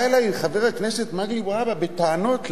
בא אלי חבר הכנסת מגלי והבה בטענות,